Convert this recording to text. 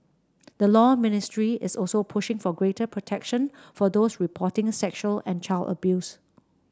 the Law Ministry is also pushing for greater protection for those reporting sexual and child abuse